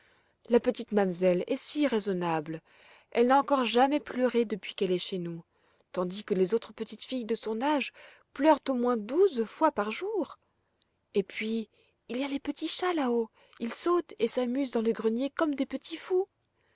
la petite mamselle est si raisonnable elle n'a encore jamais pleuré depuis qu'elle est chez nous taudis que les autres petites filles de son âge pleurent au moins douze fois par jour et puis il y a les petits chats là-haut ils sautent et s'amusent dans le grenier comme de petits fous